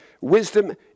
wisdom